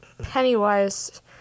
Pennywise